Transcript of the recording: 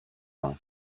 ans